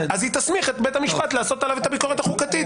אז היא תסמיך את בית המשפט לעשות עליו את הביקורת החוקתית.